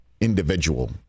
individual